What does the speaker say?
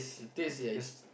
taste ya it